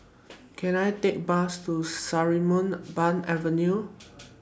Can I Take A Bus to Sarimbun Avenue